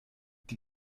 die